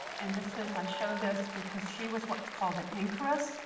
and this is i show this, because she was what's called an anchoress.